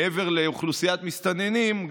מעבר לאוכלוסיית המסתננים,